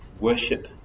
worship